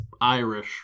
irish